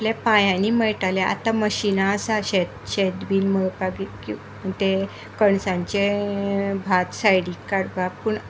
आपल्या पायांनी मळटाले आता मशीनां आसा शेत शेत बी मळपाक ते कणसांचे भात सायडीक काडपाक पूण